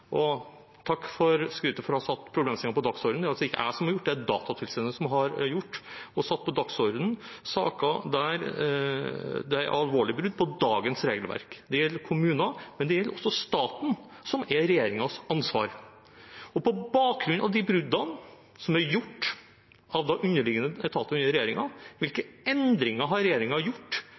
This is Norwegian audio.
og takk for skrytet for å ha satt problemstillingen på dagsordenen, det er det ikke jeg som har gjort, det er det Datatilsynet som har gjort – saker der det er alvorlig brudd på dagens regelverk. Det gjelder kommuner, men det gjelder også staten, som er regjeringens ansvar. På bakgrunn av de bruddene som er gjort av underliggende etater i regjeringen, hvilke endringer har regjeringen gjort